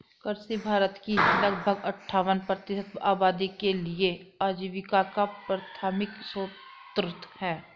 कृषि भारत की लगभग अट्ठावन प्रतिशत आबादी के लिए आजीविका का प्राथमिक स्रोत है